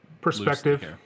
perspective